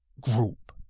group